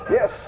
Yes